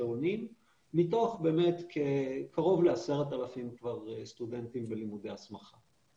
עולים מתוך באמת קרוב ל-10,000 סטודנטים בלימודי הסמכה.